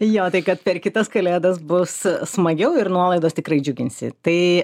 jo tai kad per kitas kalėdas bus smagiau ir nuolaidos tikrai džiuginsi tai